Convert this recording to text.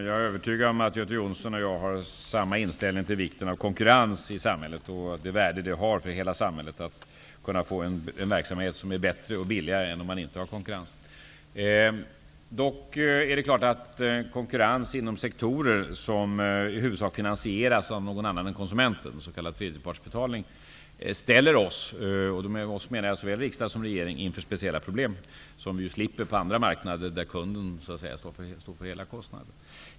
Jag är övertygad om att Göte Jonsson och jag har samma inställning till vikten av konkurrens i samhället. Konkurrensen har ett värde för att man i hela samhället skall kunna få en verksamhet som är bättre och billigare än om man inte har konkurrens. Konkurrens inom sektorer som i huvudsak finansieras av någon annan än konsumenten, s.k. tredjepartsbetalning, ställer dock oss - såväl riksdag som regering - inför speciella problem, som vi slipper på andra marknader där kunden står för hela kostnaden.